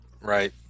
Right